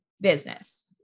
business